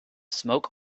smoke